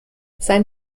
sein